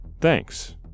Thanks